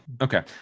okay